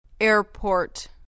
Airport